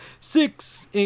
six